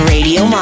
Radio